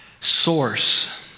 source